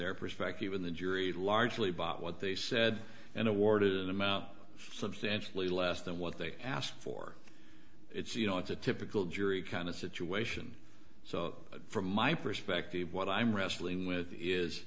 their perspective when the jury largely bought what they said and awarded an amount substantially less than what they asked for it's you know it's a typical jury kind of situation so from my perspective what i'm wrestling with is